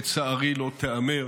לצערי, לא תיאמר